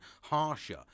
harsher